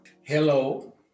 Hello